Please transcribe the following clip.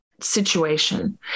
situation